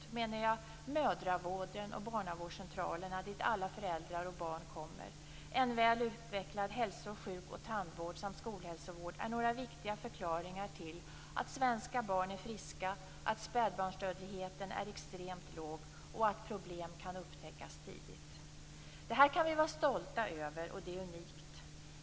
Då menar jag mödravården och barnavårdscentralerna dit alla föräldrar och barn kommer. En väl utvecklad hälso-, sjuk och tandvård samt skolhälsovård är några viktiga förklaringar till att svenska barn är friska, att spädbarnsdödligheten är extremt låg och att problem kan upptäckas tidigt. Detta kan vi vara stolta över och det är unikt.